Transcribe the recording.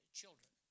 children